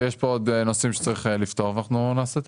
ויש פה עוד נושאים שצריך לפתור ואנחנו נעשה את